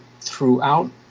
throughout